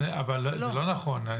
אבל זה לא נכון.